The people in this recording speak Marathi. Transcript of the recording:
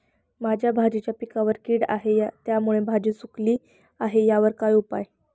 माझ्या भाजीच्या पिकावर कीड आहे त्यामुळे भाजी सुकली आहे यावर काय उपाय?